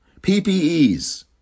PPEs